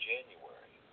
January